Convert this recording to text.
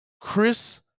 Chris